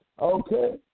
Okay